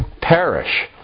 perish